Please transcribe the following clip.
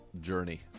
journey